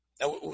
Now